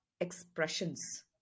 expressions